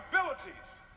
abilities